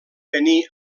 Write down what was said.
venir